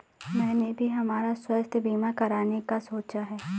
मैंने भी हमारा स्वास्थ्य बीमा कराने का सोचा है